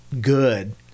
good